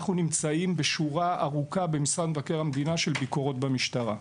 אנחנו כמשרד מבקר המדינה נמצאים בשורה ארוכה של ביקורות במשטרה.